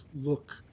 look